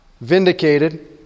vindicated